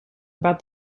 about